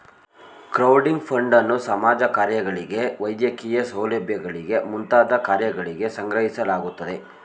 crowding ಫಂಡನ್ನು ಸಮಾಜ ಕಾರ್ಯಗಳಿಗೆ ವೈದ್ಯಕೀಯ ಸೌಲಭ್ಯಗಳಿಗೆ ಮುಂತಾದ ಕಾರ್ಯಗಳಿಗೆ ಸಂಗ್ರಹಿಸಲಾಗುತ್ತದೆ